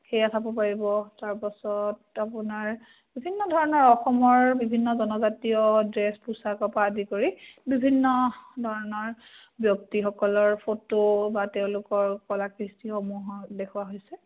সেয়া চাব পাৰিব তাৰপাছত আপোনাৰ বিভিন্ন ধৰণৰ অসমৰ বিভিন্ন জনজাতীয় ড্ৰেছ পোছাকৰ পৰা আদি কৰি বিভিন্ন ধৰণৰ ব্যক্তিসকলৰ ফটো বা তেওঁলোকৰ কলাকৃষ্টিসমূহৰ দেখুওৱা হৈছে